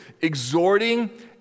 exhorting